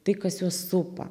tai kas juos supa